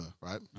right